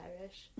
Irish